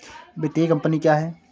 वित्तीय कम्पनी क्या है?